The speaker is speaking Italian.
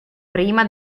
prima